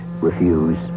refuse